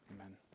Amen